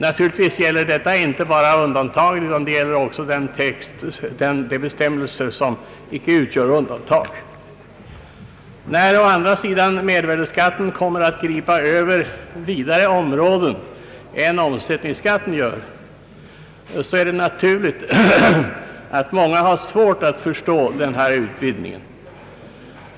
Naturligtvis gäller detta inte endast undantagen utan även de andra bestämmelserna. När å andra sidan mervärdeskatten kommer att gripa över vidare områden än omsättningsskatten gör, är det naturligt att många har svårt att förstå denna utvidgning.